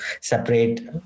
separate